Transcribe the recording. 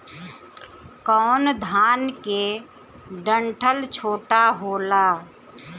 कौन धान के डंठल छोटा होला?